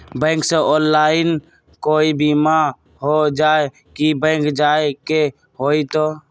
Bank से online कोई बिमा हो जाई कि बैंक जाए के होई त?